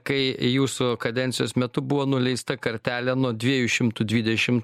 kai jūsų kadencijos metu buvo nuleista kartelė nuo dviejų šimtų dvidešim